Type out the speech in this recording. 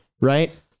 right